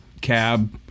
cab